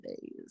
days